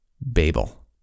Babel